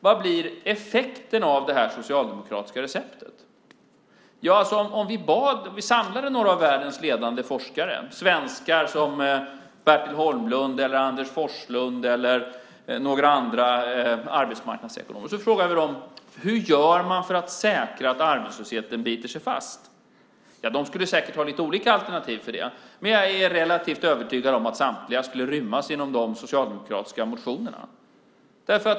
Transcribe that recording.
Vad blir effekten av det socialdemokratiska receptet? Om vi samlade några av världens ledande forskare, svenskar som Bertil Holmlund eller Anders Forslund, eller några andra arbetsmarknadsekonomer och frågade dem hur man gör för att säkra att arbetslösheten biter sig fast skulle de säkert ha lite olika alternativ för det, men jag är relativt övertygad om att samtliga skulle rymmas inom de socialdemokratiska motionerna.